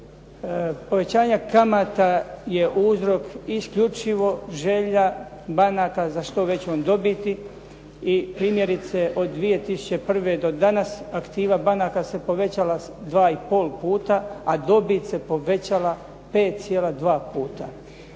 Povećanje kamata je uzrok isključivo želja banaka za što većom dobiti i primjerice od 2001. do danas aktiva banaka se povećala dva i pol puta, a dobit se povećala 5,2 puta.